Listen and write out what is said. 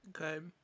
Okay